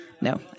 No